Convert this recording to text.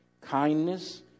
kindness